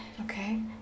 Okay